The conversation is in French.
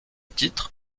titre